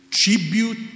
Tribute